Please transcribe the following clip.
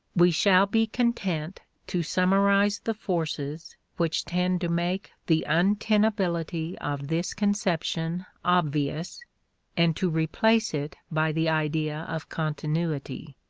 we shall be content to summarize the forces which tend to make the untenability of this conception obvious and to replace it by the idea of continuity.